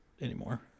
anymore